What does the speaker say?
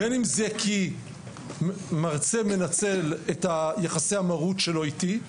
בין אם זה כי מרצה מנצל את יחסי המרות שלו איתי,